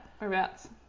Whereabouts